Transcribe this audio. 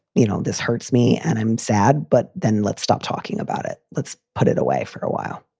you know, this hurts me and i'm sad. but then let's stop talking about it. let's put it away for a while.